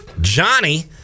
Johnny